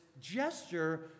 gesture